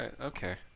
Okay